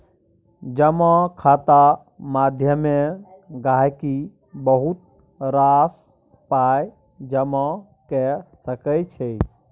जमा खाता माध्यमे गहिंकी बहुत रास पाइ जमा कए सकै छै